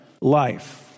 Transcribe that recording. life